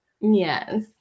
Yes